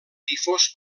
difós